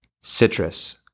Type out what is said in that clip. Citrus